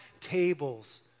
tables